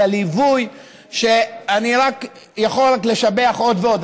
על הליווי שאני רק יכול לשבח עוד ועוד,